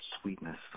sweetness